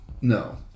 No